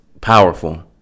powerful